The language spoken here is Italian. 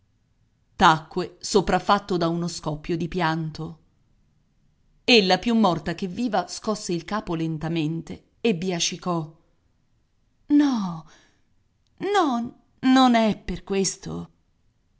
tacque sopraffatto da uno scoppio di pianto ella più morta che viva scosse il capo lentamente e biascicò no no non è per questo